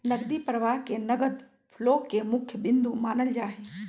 नकदी प्रवाह के नगद फ्लो के मुख्य बिन्दु मानल जाहई